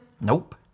Nope